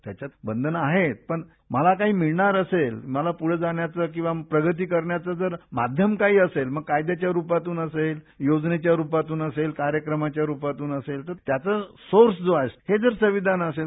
त्याच्यात बंधन आहेत पण मला काही मिळणार असेल मला पुढं जाण्याचं प्रगती करण्याचं जर माध्यम काही असेल मग कायद्याच्या रूपातून असेल योजनेच्या रूपातून असेल कार्यक्रमाच्या रूपातून असेल त्याचा सोर्स जो आहे ते संविधान असेल